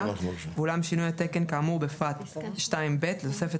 ואולם שינוי התקן כאמור בפרט 2(ב) לתוספת